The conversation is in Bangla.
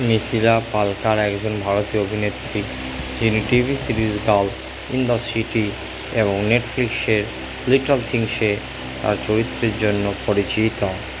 মিথিলা পালকার একজন ভারতীয় অভিনেত্রী যিনি TV series girl in the city এবং নেটফ্লিক্সের লিটল থিংস এ তার চরিত্রের জন্য পরিচিতা